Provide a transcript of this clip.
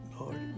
Lord